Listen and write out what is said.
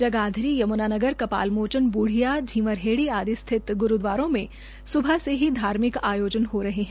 जगाधरी यमुनानगर कपालमोचनबूडिया झींवरहेड़ी आदि स्थित ग्रूद्वारों से ही धार्मिक आयोजन हो रहे है